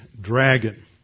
dragon